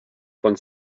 von